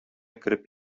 кереп